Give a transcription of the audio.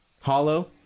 Hollow